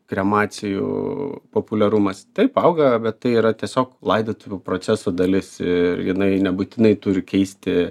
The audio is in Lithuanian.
kremacijų populiarumas taip auga bet tai yra tiesiog laidotuvių proceso dalis ir jinai nebūtinai turi keisti